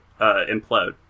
implode